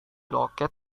loket